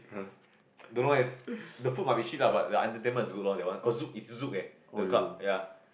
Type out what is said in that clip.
oh it's Zouk